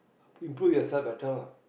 improve yourself better lah